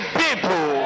people